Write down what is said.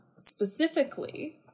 specifically